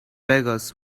beggars